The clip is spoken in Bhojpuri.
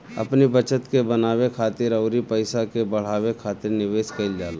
अपनी बचत के बनावे खातिर अउरी पईसा के बढ़ावे खातिर निवेश कईल जाला